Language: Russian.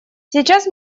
сейчас